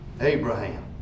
Abraham